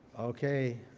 okay,